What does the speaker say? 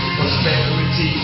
Prosperity